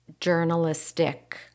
journalistic